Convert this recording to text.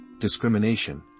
discrimination